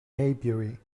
maybury